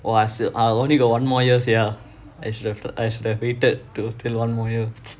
!wah! I only got one more year sia I should've I should've waited to till one more year